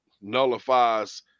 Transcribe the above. nullifies